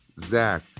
Zach